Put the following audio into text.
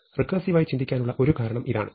റെക്കേർസിവായി ചിന്തിക്കാനുള്ള ഒരു കാരണം ഇതാണ്